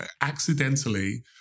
accidentally